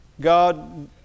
God